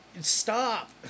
stop